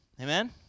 amen